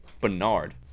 Bernard